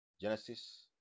Genesis